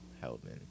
helping